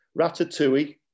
ratatouille